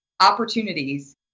opportunities